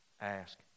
Ask